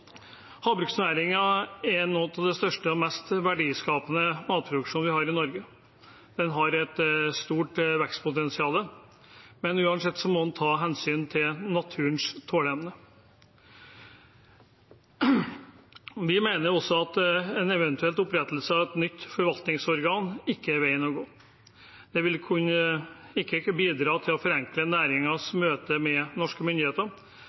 er blant de største og mest verdiskapende formene for matproduksjon vi har i Norge. Den har et stort vekstpotensial, men uansett må en ta hensyn til naturens tåleevne. Vi mener også at en eventuell opprettelse av et nytt forvaltningsorgan ikke er veien å gå. Det vil ikke kunne bidra til å forenkle næringens møte med norske myndigheter.